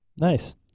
nice